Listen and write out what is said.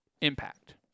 impact